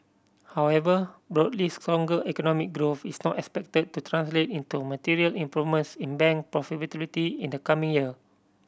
however broadly stronger economic growth is not expected to translate into material improvements in bank profitability in the coming year